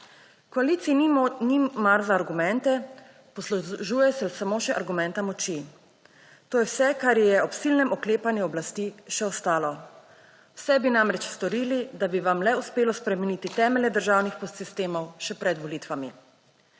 Koaliciji ni mar za argumente, poslužuje se samo še argumenta moči. To je vse, kar ji je ob silnem oklepanju oblasti še ostalo. Vse bi namreč storili, da bi vam le uspelo temelje državnih podsistemov še pred volitvami.